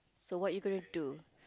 so what you gonna do